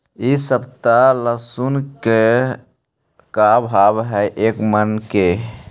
इ सप्ताह लहसुन के का भाव है एक मन के?